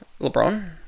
LeBron